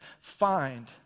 find